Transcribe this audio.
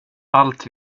allt